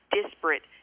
disparate